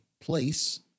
place